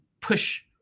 push